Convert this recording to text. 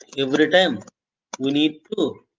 every time we need to